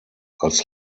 als